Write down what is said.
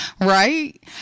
right